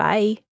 Bye